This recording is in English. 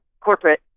corporate